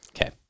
okay